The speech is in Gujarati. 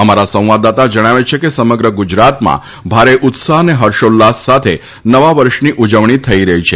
અમારા સંવાદદાતા જણાવે છે કે સમગ્ર ગુજરાતમાં ભારે ઉત્સાહ્ અને હર્ષોલ્લાસ સાથે નવા વર્ષની ઉજવણી થઈ રહી છે